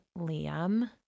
Liam